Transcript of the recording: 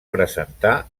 presentar